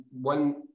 one